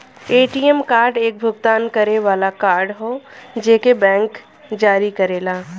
ATM card एक भुगतान करे वाला कार्ड हौ जेके बैंक जारी करेला